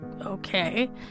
okay